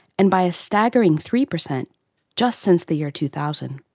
and by a staggering three per cent just since the year two thousand!